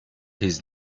his